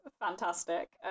fantastic